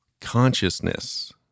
Consciousness